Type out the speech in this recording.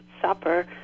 supper